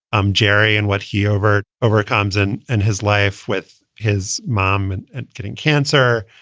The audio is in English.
i'm jerry and what he over overcomes in and his life with his mom and and getting cancer,